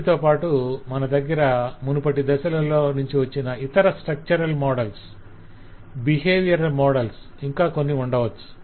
వీటితోపాటు మన దగ్గర మునుపటి దశలలో నుంచి వచ్చిన ఇతర స్ట్రక్చరల్ మోడల్స్ బిహేవియరల్ మోడల్స్ ఇంకా కొన్ని ఉండవచ్చు